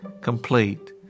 complete